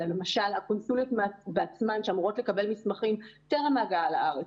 אלא למשל הקונסוליות בעצמן שאמורות לקבל מסמכים טרם ההגעה לארץ,